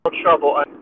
trouble